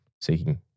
seeking